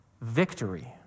victory